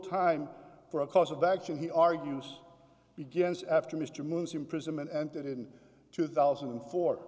time for a cause of action he argues begins after mr moon's imprisonment ended in two thousand and four